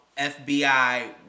FBI